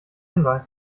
hinweis